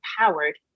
empowered